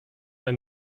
ein